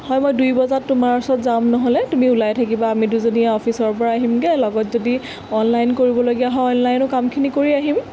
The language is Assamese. হয় মই দুই বজাত তোমাৰ ওচৰত যাম নহ'লে তুমি ওলাই থাকিবা আমি দুজনীয়ে অফিচৰ পৰা আহিমগৈ লগত যদি অনলাইন কৰিবলগীয়া হয় অনলাইনো কামখিনি কৰি আহিম